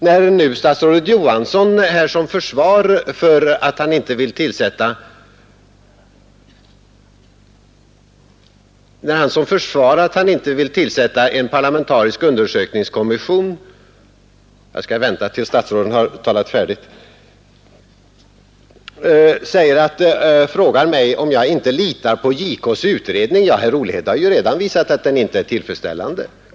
När nu statsrådet Johansson skall försvara att han inte vill tillsätta en parlamentarisk undersökningskommission frågar han mig, om jag inte litar på JK:s utredning. Ja, herr Olhede har ju redan visat att den inte är tillfredsställande.